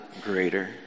greater